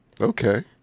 Okay